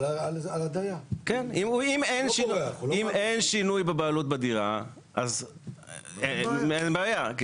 כן, אם אין שינוי בבעלות בדירה, אז אין בעיה.